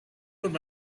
could